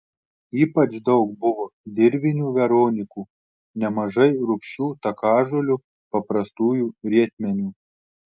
ypač daug buvo dirvinių veronikų nemažai rūgčių takažolių paprastųjų rietmenių